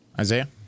Isaiah